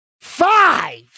five